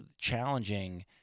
challenging